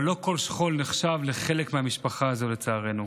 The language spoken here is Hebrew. אבל לא כל שכול נחשב לחלק מהמשפחה הזו, לצערנו.